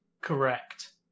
Correct